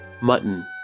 Mutton